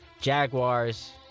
Jaguars